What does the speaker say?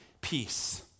peace